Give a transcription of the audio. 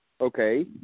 Okay